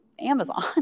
Amazon